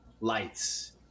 lights